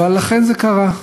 אבל אכן זה קרה.